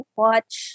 watch